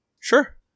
Sure